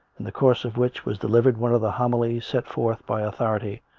in the course of which was delivered one of the homilies set forth by authority,